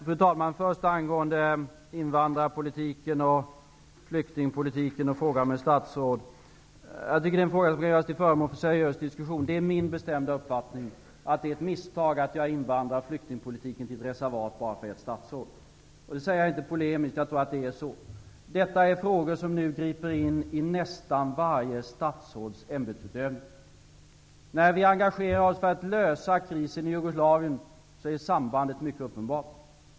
Fru talman! Först till invandrarpolitiken, flyktingpolitiken och frågan om ett särskilt statsråd. Jag tycker att detta är en fråga som borde göras till föremål för seriös diskussion. Det är min bestämda uppfattning att det är ett misstag att göra invandraroch flyktingpolitiken till ett reservat för enbart ett statsråd. Det säger jag inte polemiskt. Jag tror att det är så. Detta är frågor som nu griper in i nästan varje statsråds ämbetsutövning. När vi engagerar oss för att lösa krisen i Jugoslavien är sambandet mycket uppenbart.